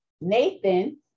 Nathan